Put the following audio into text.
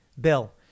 Bill